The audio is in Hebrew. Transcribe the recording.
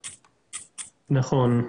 נכון.